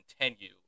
continue